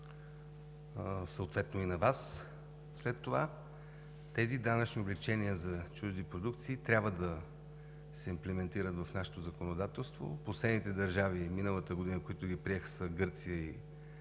съответно и на Вас след това, тези данъчни облекчения за чужди продукции трябва да се имплементират в нашето законодателство. Последните държави, които миналата година ги приеха, са Гърция и